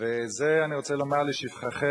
זה אני רוצה לומר לשבחך,